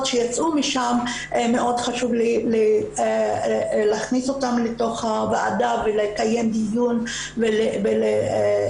שיצאו משם מאוד חשוב להכניס אותן לוועדה ולקיים דיון וללמוד